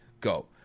go